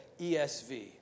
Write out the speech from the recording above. ESV